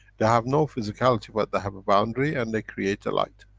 they have no physicality but they have a boundary, and they create the light.